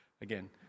Again